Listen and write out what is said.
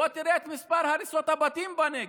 בוא תראה את מספר הריסות הבתים בנגב,